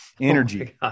Energy